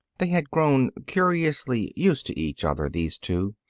they had grown curiously used to each other, these two.